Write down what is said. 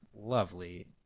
lovely